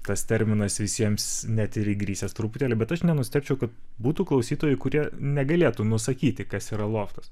tas terminas visiems net ir įgrisęs truputėlį bet aš nenustebčiau kad būtų klausytojų kurie negalėtų nusakyti kas yra loftas